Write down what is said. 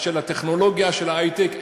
של הטכנולוגיה, של ההיי-טק.